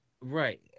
Right